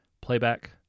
Playback